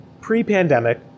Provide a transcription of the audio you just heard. pre-pandemic